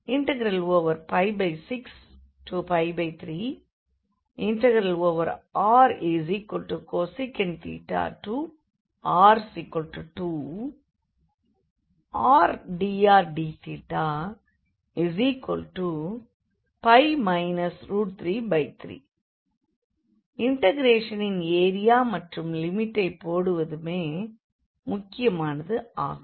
π6π3rcosec θr2r dr dθπ 33 இண்டெக்ரேஷனின் area மற்றும் லிமிட்டைப் போடுவதுமே முக்கியமானது ஆகும்